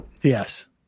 Yes